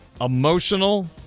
emotional